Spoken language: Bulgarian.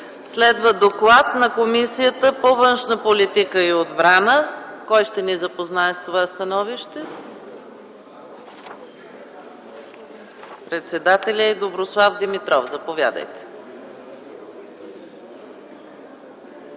Следва доклад на Комисията по външна политика и отбрана. Кой ще ни запознае с това становище? – Председателят й Доброслав Димитров. Заповядайте.